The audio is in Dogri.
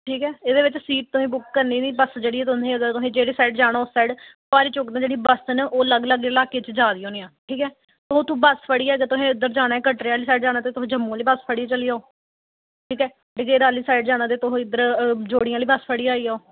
ठीक ऐ एह्दे विच सीट तुसें बुक करने दी बस जेह्ड़ी तुसें जेह्ड़ी साइड जाना उस साइड फोआरे चौक दा जेह्ड़ी बस न ओह् अलग अलग इलाके च जा दी होनियां ठीक ऐ उत्थूं बस फड़ियै अगर तुसें उद्धर जाना ऐ कटरै आह्ली साइड जाना ऐ ते तुस जम्मू आह्ली बस फड़ियै चली जाओ ठीक ऐ डगेरा आह्ली साइड जाना ते तुस इद्धर ज्यौड़ियें आह्ली बस फड़ियै आई आओ